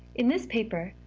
in this paper,